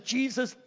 Jesus